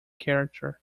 character